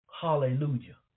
Hallelujah